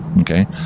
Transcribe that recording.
okay